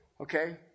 Okay